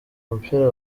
umupira